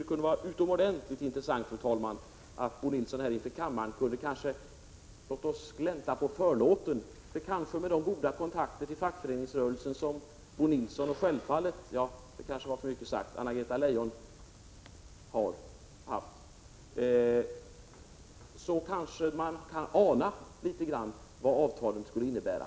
Det vore, fru talman, utomordentligt intressant om Bo Nilsson här i kammaren gläntade på förlåten. Med de goda kontakter till fackföreningsrörelsen som Bo Nilsson och självfallet Anna-Greta Leijon har — det var kanske för mycket sagt — anar man kanske litet grand vad avtalen kommer att innebära.